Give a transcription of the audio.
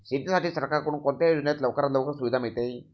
शेतीसाठी सरकारकडून कोणत्या योजनेत लवकरात लवकर सुविधा मिळते?